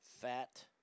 Fat